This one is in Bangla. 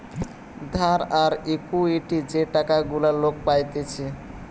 ধার আর ইকুইটি যে টাকা গুলা লোক পাইতেছে